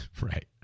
Right